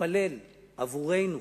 תתפלל עבורנו,